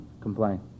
complain